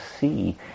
see